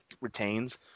retains